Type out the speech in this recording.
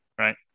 Right